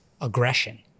aggression